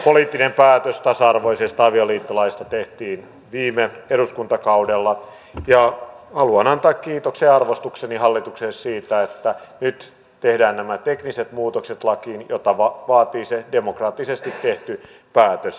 poliittinen päätös tasa arvoisesta avioliittolaista tehtiin viime eduskuntakaudella ja haluan antaa kiitoksen ja arvostukseni hallitukselle siitä että nyt tehdään nämä tekniset muutokset lakiin mitä vaatii se demokraattisesti tehty päätös